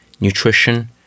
nutrition